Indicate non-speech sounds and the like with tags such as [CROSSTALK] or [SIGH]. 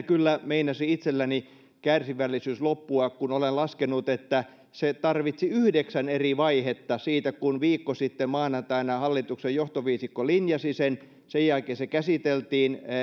[UNINTELLIGIBLE] kyllä meinasi itselläni kärsivällisyys loppua kun olen laskenut että se tarvitsi yhdeksän eri vaihetta siitä kun viikko sitten maanantaina hallituksen johtoviisikko linjasi sen sen jälkeen se käsiteltiin